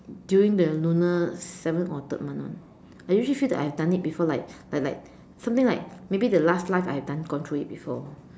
during the lunar seven or third month [one] I usually feel like I've done it before like like like something like maybe the last life I've done gone through it before